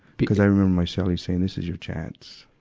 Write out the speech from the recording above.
because i remember my cellie saying, this is your chance.